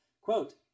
Quote